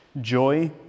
joy